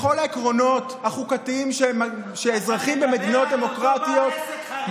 בכל העקרונות החוקתיים שאזרחים במדינות הדמוקרטיות,